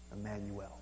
Emmanuel